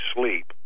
sleep